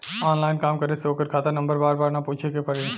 online काम करे से ओकर खाता नंबर बार बार ना पूछे के पड़ी